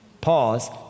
Pause